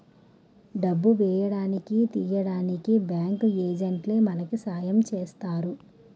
డబ్బు వేయడానికి తీయడానికి బ్యాంకు ఏజెంట్లే మనకి సాయం చేస్తారు